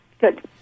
Good